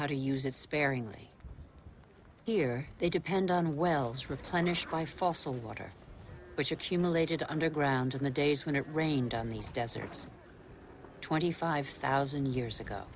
how to use it sparingly here they depend on wells replenished by fossil water which accumulated underground in the days when it rained on these deserts twenty five thousand years ago